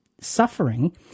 suffering